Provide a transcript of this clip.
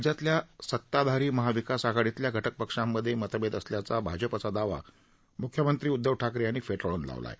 राज्यातल्या सताधारी महाविकास आघाडीतल्या घटक पक्षांमधे मतभेद असल्याचा भाजपाचा दावा म्ख्यमंत्री उद्धव ठाकरे यांनी फेटाळून लावला आहे